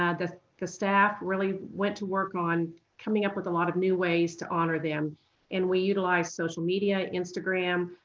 ah the the staff really went to work on coming up with a lot of new ways to honor them and we utilized social media, instagram,